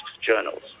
journals